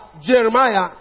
Jeremiah